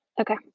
Okay